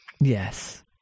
Yes